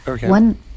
One